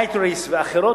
Iteris ואחרות,